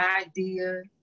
idea